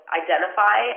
identify